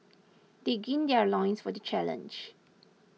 they gird their loins for the challenge